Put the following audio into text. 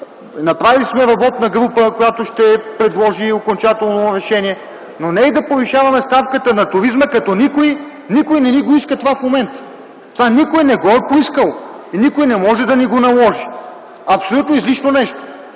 направили сме работна група, която ще предложи окончателното решение. Но не и да повишаваме ставката на туризма. Никой не иска това в момента. Това никой не го е поискал и никой не може да ни го наложи. Абсолютно излишно нещо,